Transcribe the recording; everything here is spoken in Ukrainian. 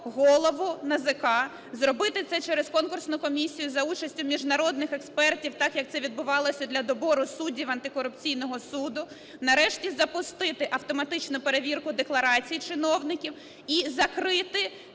голову НАЗК, зробити це через конкурсну комісію за участю міжнародних експертів, так, як це відбувалося для добору суддів Антикорупційного суду. Нарешті, запустити автоматичну перевірку декларацій чиновників і закрити